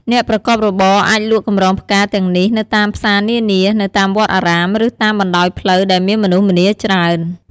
អ្នកប្រកបរបរអាចលក់កម្រងផ្កាទាំងនេះនៅតាមផ្សារនានា នៅតាមវត្តអារាម ឬតាមបណ្ដោយផ្លូវដែលមានមនុស្សម្នាច្រើន។